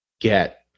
get